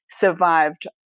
survived